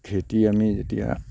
খেতি আমি এতিয়া